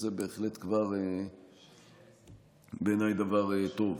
זה בהחלט כבר בעיניי דבר טוב.